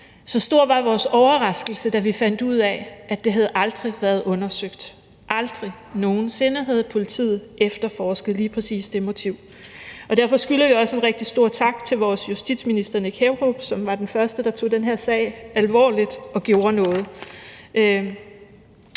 Så stor var vores overraskelse, da vi fandt ud af, at det aldrig havde været undersøgt. Aldrig nogen sinde havde politiet efterforsket lige præcis det motiv. Derfor skylder vi også en rigtig stor tak til vores justitsminister, som var den første, der tog den her sag alvorligt og gjorde noget.